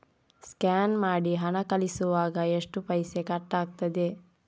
Scan ಮಾಡಿ ಹಣ ಕಳಿಸುವಾಗ ಎಷ್ಟು ಪೈಸೆ ಕಟ್ಟಾಗ್ತದೆ?